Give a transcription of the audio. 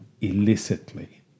illicitly